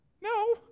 no